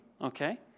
Okay